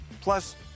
Plus